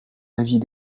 avis